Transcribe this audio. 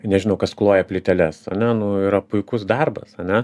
nežinau kas kloja plyteles ane nu yra puikus darbas ane